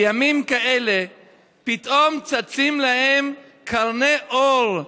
בימים כאלה פתאום צצות להן קרני אור,